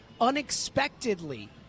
unexpectedly